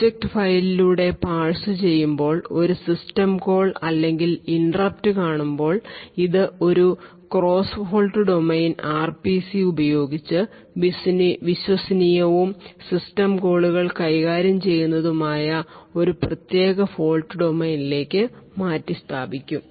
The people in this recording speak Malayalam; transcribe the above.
ഒബ്ജക്റ്റ് ഫയലിലൂടെ പാഴ്സുചെയ്യുമ്പോൾ ഒരു സിസ്റ്റം കോൾ അല്ലെങ്കിൽ ഇന്ററപ്റ്റ് കാണുമ്പോൾ ഇത് ഒരു ക്രോസ് ഫോൾട്ട് ഡൊമെയ്ൻ ആർപിസി ഉപയോഗിച്ച് വിശ്വസനീയവും സിസ്റ്റം കോളുകൾ കൈകാര്യം ചെയ്യുന്നതുമായ ഒരു പ്രത്യേക ഫോൾട് ഡൊമൈനിലേക്ക് മാറ്റിസ്ഥാപിക്കും